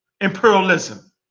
imperialism